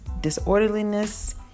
disorderliness